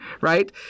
right